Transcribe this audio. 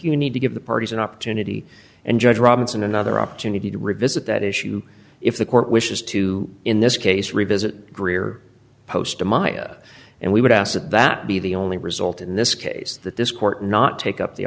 you need to give the parties an opportunity and judge robinson another opportunity to revisit that issue if the court wishes to in this case revisit greer posta maya and we would ask that that be the only result in this case that this court not take up the